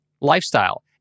lifestyle